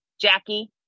jackie